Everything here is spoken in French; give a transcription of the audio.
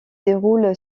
déroule